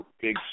big